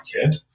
kid